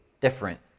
different